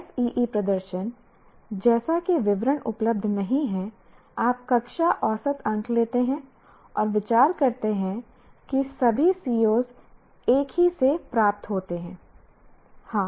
SEE प्रदर्शन जैसा कि विवरण उपलब्ध नहीं है आप कक्षा औसत अंक लेते हैं और विचार करते हैं कि सभी COs एक ही से प्राप्त होते हैं